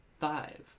five